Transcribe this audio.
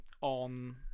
on